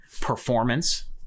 performance